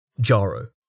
Jaro